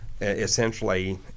Essentially